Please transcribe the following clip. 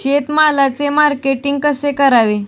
शेतमालाचे मार्केटिंग कसे करावे?